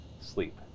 sleep